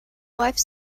wife